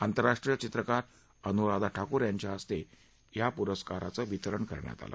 आंतरराष्ट्रीय चित्रकार अनुराधा ठाकूर यांच्या हस्ते या पुरस्कारांचं वितरण करण्यात आलं